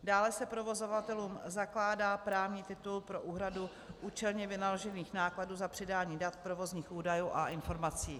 Dále se provozovatelům zakládá právní titul pro úhradu účelně vynaložených nákladů za předání dat, provozních údajů a informací.